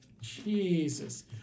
Jesus